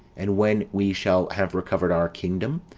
and when we shall have recovered our kingdom,